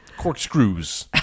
corkscrews